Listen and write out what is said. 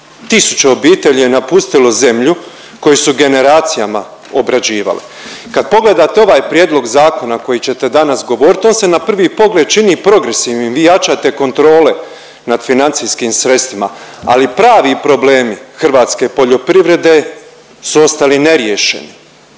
tisuće obitelji je napustilo zemlju koje su generacijama obrađivali. Kad pogledate ovaj prijedlog zakona koji ćete danas govorit, on se na prvi pogled čini progresivnim, vi jačate kontrole nad financijskim sredstvima, ali pravi problemi hrvatske poljoprivrede su ostali neriješeni.